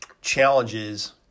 challenges